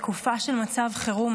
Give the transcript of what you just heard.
בתקופה של מצב חירום,